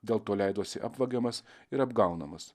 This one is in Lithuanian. dėl to leidosi apvagiamas ir apgaunamas